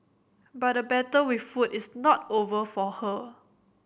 but the battle with food is not over for her